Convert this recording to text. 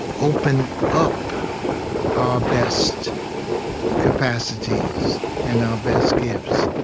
open up our best capacities and our best gifts?